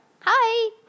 Hi